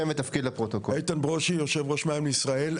איתן ברושי, יושב ראש מים לישראל.